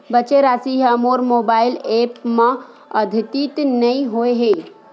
बचे राशि हा मोर मोबाइल ऐप मा आद्यतित नै होए हे